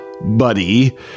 buddy